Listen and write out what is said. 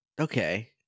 Okay